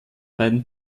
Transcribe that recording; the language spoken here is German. beiden